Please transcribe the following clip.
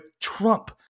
Trump